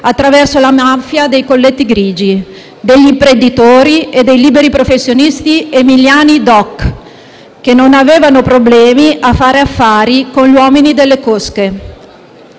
attraverso la mafia dei colletti grigi, degli imprenditori e dei liberi professionisti emiliani *doc*, che non avevano problemi a fare affari con uomini delle cosche.